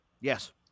yes